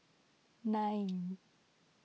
nine